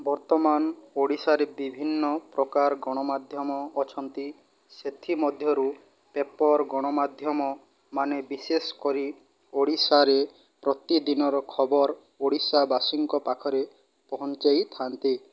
ବର୍ତ୍ତମାନ ଓଡ଼ିଶାରେ ବିଭିନ୍ନ ପ୍ରକାର ଗଣମାଧ୍ୟମ ଅଛନ୍ତି ସେଥିମଧ୍ୟରୁ ପେପର ଗଣମାଧ୍ୟମମାନେ ବିଶେଷ କରି ଓଡ଼ିଶାରେ ପ୍ରତିଦିନର ଖବର ଓଡ଼ିଶାବାସୀଙ୍କ ପାଖରେ ପହଞ୍ଚାଇଥାନ୍ତି